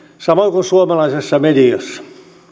samoin kuin suomalaisessa mediassa